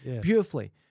Beautifully